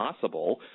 possible